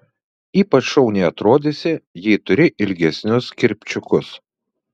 ypač šauniai atrodysi jei turi ilgesnius kirpčiukus